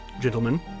gentlemen